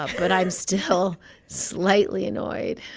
ah but i'm still slightly annoyed.